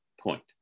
point